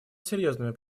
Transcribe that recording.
серьезными